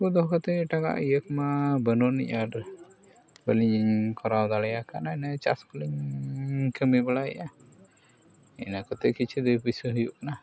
ᱩᱱᱠᱩ ᱠᱚ ᱫᱚᱦᱚ ᱠᱟᱛᱮᱫ ᱮᱴᱟᱜᱟᱜ ᱤᱭᱟᱹ ᱠᱚᱢᱟ ᱵᱟᱹᱱᱩᱜ ᱟᱹᱱᱤᱡ ᱟᱨ ᱵᱟᱹᱞᱤᱧ ᱠᱚᱨᱟᱣ ᱫᱟᱲᱮᱭᱟᱠᱟᱫᱟ ᱤᱱᱟᱹ ᱪᱟᱥ ᱠᱚᱞᱤᱧ ᱠᱟᱹᱢᱤ ᱵᱟᱲᱟᱭᱮᱫᱼᱟ ᱤᱱᱟᱹ ᱠᱚᱛᱮ ᱠᱤᱪᱷᱩ ᱫᱚ ᱯᱩᱭᱥᱟᱹ ᱦᱩᱭᱩᱜ ᱠᱟᱱᱟ